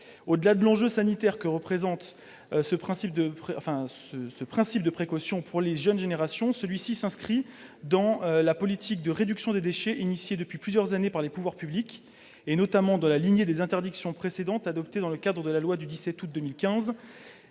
Au-delà de l'enjeu sanitaire que présente ce principe de précaution pour les jeunes générations, celui-ci s'inscrit dans la politique de réduction des déchets engagée depuis plusieurs années par les pouvoirs publics, notamment dans la lignée des interdictions précédemment adoptées dans le cadre de la loi du 17 août 2015,